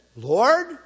Lord